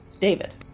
David